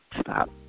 stop